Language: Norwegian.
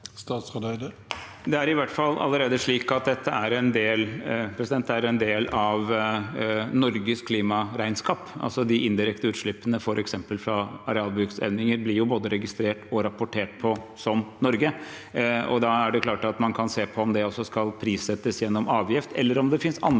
Det er i hvert fall allerede slik at dette er en del av Norges klimaregnskap. De indirekte utslippene, f.eks. fra arealbruksendringer, blir både registrert og rapportert på i Norge, og da er det klart at man kan se på om det også skal prissettes gjennom avgift, eller om det finnes andre og bedre